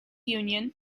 union